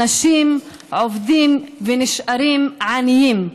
אנשים עובדים ונשארים עניים.